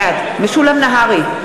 בעד משולם נהרי,